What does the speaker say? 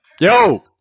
Yo